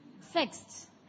fixed